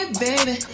baby